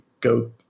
go